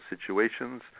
situations